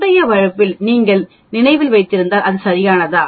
முந்தைய வழக்கில் நீங்கள் நினைவில் வைத்திருந்தால் அது சரியானதா